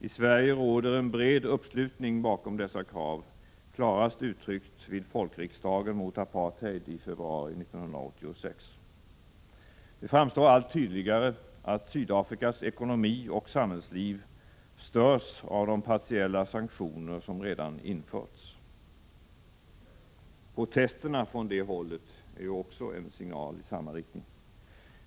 I Sverige råder en bred uppslutning bakom dessa krav, klarast uttryckt vid Folkriksdagen mot apartheid i februari 1986. Det framstår allt tydligare att Sydafrikas ekonomi och samhällsliv störs av de partiella sanktioner som redan införts. Protesterna från det hållet är också en signal i denna riktning.